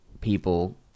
people